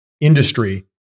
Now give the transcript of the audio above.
industry